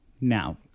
now